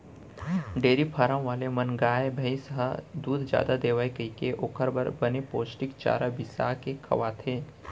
dairy farm वाले मन गाय, भईंस ह दूद जादा देवय कइके ओकर बर बने पोस्टिक चारा बिसा के खवाथें